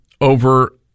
over